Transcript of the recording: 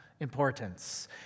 importance